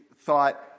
thought